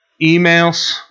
emails